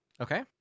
Okay